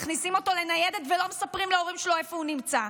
מכניסים אותו לניידת ולא מספרים להורים שלו איפה הוא נמצא,